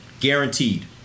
Guaranteed